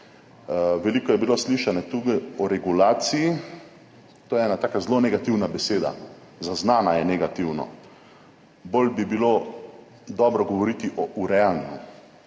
Veliko je bilo slišano tukaj o regulaciji. To je ena taka zelo negativna beseda, zaznana je negativno. Bolj bi bilo dobro govoriti o urejanju,